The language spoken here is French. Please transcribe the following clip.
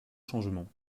changements